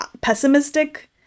pessimistic